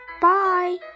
Bye